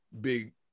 big